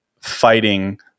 fighting